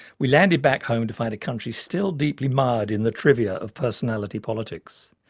we landed back home to find a country still deeply mired in the trivia of personality politics.